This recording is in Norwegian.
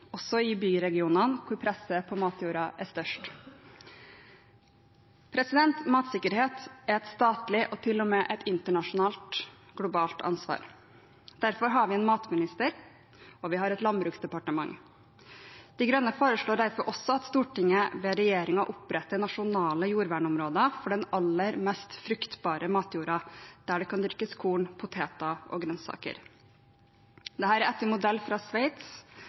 også i byregionene, der presset på matjorda er størst. Matsikkerhet er et statlig og til og med et internasjonalt, globalt ansvar. Derfor har vi en matminister, og vi har et landbruksdepartement. De Grønne foreslår derfor også at Stortinget ber regjeringen opprette nasjonale jordvernområder for den aller mest fruktbare matjorda, der det kan dyrkes korn, poteter og grønnsaker. Dette er etter modell fra Sveits,